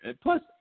Plus